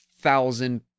thousand